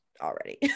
already